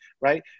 right